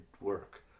work